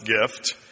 gift